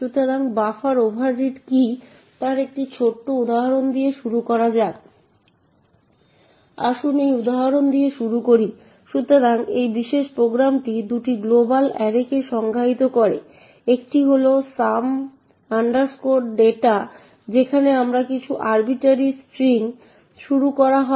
সুতরাং আসুন আমরা প্রথমটি খুলি যা একটি print2c এবং আপনি এখানে যা দেখছেন তা একটি খুব ছোট প্রোগ্রাম যেখানে মূল এখানে শুরু হয়